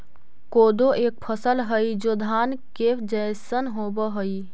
कोदो एक फसल हई जो धान के जैसन होव हई